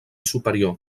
superior